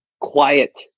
quiet